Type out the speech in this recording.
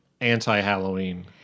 anti-Halloween